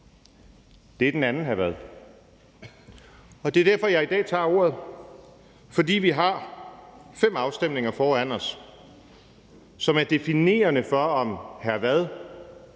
Det er den anden, hr. Frederik Vad. Det er derfor, jeg i dag tager ordet, altså fordi vi har fem afstemninger foran os, som er definerende for, om hr.